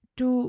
du